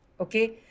Okay